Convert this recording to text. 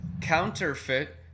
counterfeit